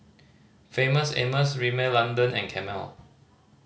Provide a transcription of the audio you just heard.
Famous Amos Rimmel London and Camel